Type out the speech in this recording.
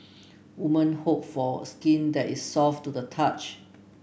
women hope for skin that is soft to the touch